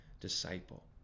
disciple